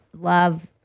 love